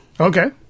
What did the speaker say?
okay